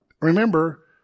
Remember